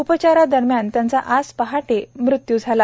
उपचारादरम्यान त्यांचा आज पहाटे त्यांचा मृत्यू झाला